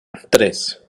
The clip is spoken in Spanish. tres